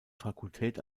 fakultät